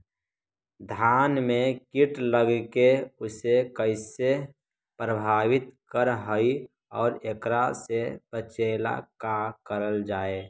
धान में कीट लगके उसे कैसे प्रभावित कर हई और एकरा से बचेला का करल जाए?